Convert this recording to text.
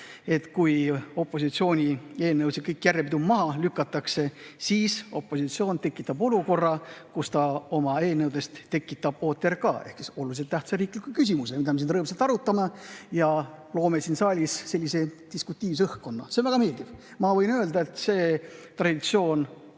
Kui opositsiooni eelnõud kõik järjepidevalt maha lükatakse, siis opositsioon tekitab olukorra, kus ta oma eelnõudest tekitab OTRK ehk olulise tähtsusega riikliku küsimuse, mida me siin rõõmsalt arutame ja loome siin saalis sellise diskutiivse õhkkonna. See on väga meeldiv. Ma võin öelda, et see traditsioon